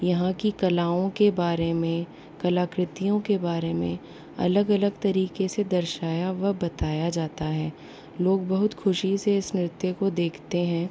यहाँ की कलाओं के बारे में कलाकृतियों के बारे में अलग अलग तरीके से दर्शाया व बताया जाता है लोग बहुत खुशी से इस नृत्य को देखते हैं